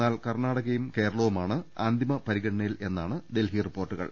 എന്നാൽ കർണാടകയും കേരളവുമാണ് അന്തിമ പരി ഗണനയിൽ എന്നാണ് റിപ്പോർട്ട്